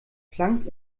planck